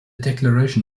declaration